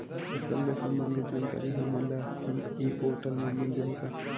फसल ले सम्बंधित जानकारी हमन ल ई पोर्टल म मिल जाही का?